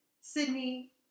Sydney